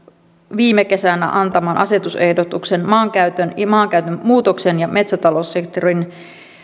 viime kesänä antama asetusehdotus maankäytöstä maankäytön muutoksesta ja metsätaloussektorin